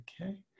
Okay